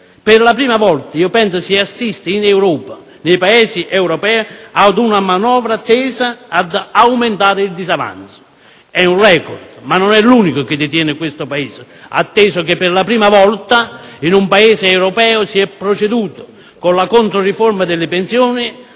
Per la prima volta si assiste in Europa ad una manovra tesa ad aumentare il disavanzo. È un *record*, ma non è l'unico che detiene il nostro Paese, atteso che per la prima volta in un Paese europeo si è proceduto, con la controriforma delle pensioni,